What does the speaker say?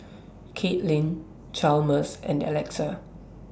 Caitlin Chalmers and Alexa